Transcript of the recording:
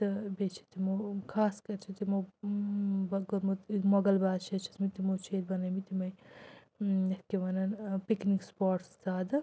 تہٕ بیٚیہِ چھِ تِمو خاص کَر چھِ تِمو کوٚرمُت مغل بادشاہ چھِ ٲسمٕتۍ تِمو چھِ ییٚتہِ بَنٲیمٕتۍ یِمَے یَتھ کیاہ وَنَان ٲں پِکنِک سپاٹٕس زیادٕ